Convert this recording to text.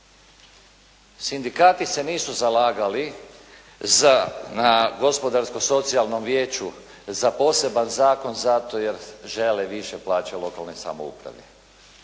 Sindikati se nisu zalagali na Gospodarsko-socijalnom vijeću za poseban zakon zato jer žele više plaće u lokalnoj samoupravi.